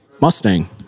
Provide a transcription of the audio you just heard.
Mustang